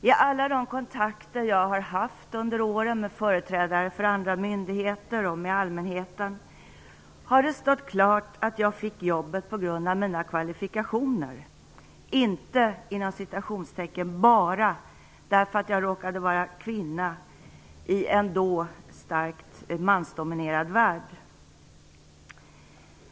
I alla de kontakter jag under åren har haft med företrädare för andra myndigheter och med allmänheten har det stått klart att jag fick jobbet på grund av mina kvalifikationer - inte "bara" därför att jag råkade vara kvinna i en då starkt mansdominerad värld.